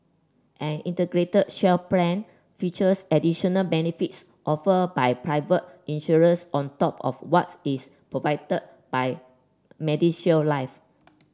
an Integrated Shield Plan features additional benefits offered by private insurers on top of what's is provided by MediShield Life